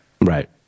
Right